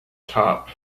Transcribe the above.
top